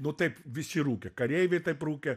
nu taip visi rūkė kareiviai taip rūkė